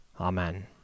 Amen